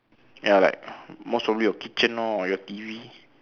ya like most probably your kitchen lor or your T_V